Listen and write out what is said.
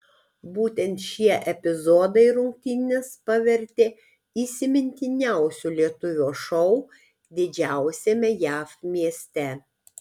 būtent šie epizodai rungtynes pavertė įsimintiniausiu lietuvio šou didžiausiame jav mieste